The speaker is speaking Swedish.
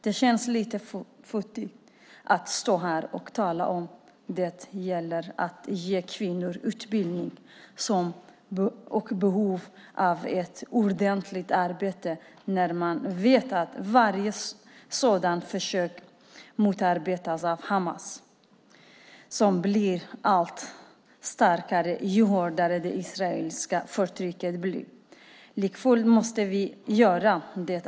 Det känns lite futtigt att stå här och tala om att det gäller att ge kvinnor utbildning och att de har behov av ett ordentligt arbete när vi vet att varje sådant försök motarbetas av Hamas, som blir allt starkare ju hårdare det israeliska förtrycket blir. Likafullt måste vi göra det.